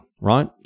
Right